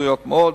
רצויות מאוד,